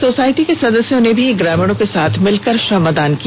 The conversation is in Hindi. सोसाईटी के सदस्यों ने भी ग्रामीणों के साथ मिलकर श्रमदान किया